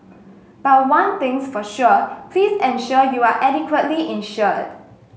but one thing's for sure please ensure you are adequately insured